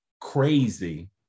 crazy